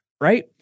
right